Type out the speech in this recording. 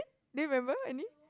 do you remember any